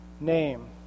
name